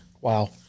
Wow